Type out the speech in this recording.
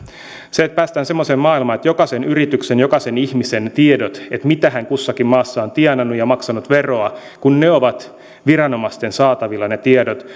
kun päästään semmoiseen maailmaan että jokaisen yrityksen jokaisen ihmisen tiedot mitä hän kussakin maassa on tienannut ja maksanut veroa kun ne tiedot ovat viranomaisten saatavilla